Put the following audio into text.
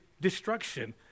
destruction